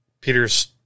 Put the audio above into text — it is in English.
Peter's